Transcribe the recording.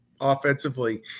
offensively